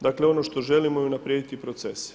Dakle, ono što želimo je unaprijediti proces.